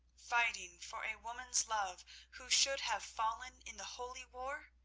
fighting for a woman's love who should have fallen in the holy war?